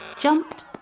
jumped